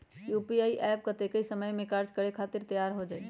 UPI app कतेइक समय मे कार्य करे खातीर तैयार हो जाई?